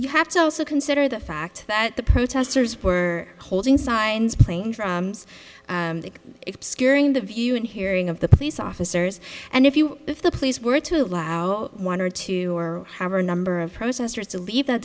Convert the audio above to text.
you have to also consider the fact that the protesters were holding signs playing for scaring the view and hearing of the police officers and if you if the police were to allow one or two or however number of processors to leave that